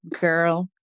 girl